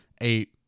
eight